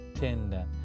tender